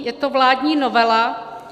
Je to vládní novela.